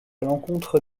l’encontre